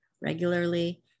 regularly